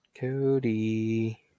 Cody